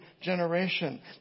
generation